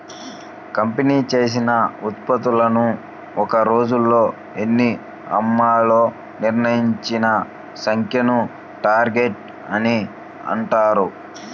company చేసిన ఉత్పత్తులను ఒక్క రోజులో ఎన్ని అమ్మాలో నిర్ణయించిన సంఖ్యను టార్గెట్ అని అంటారు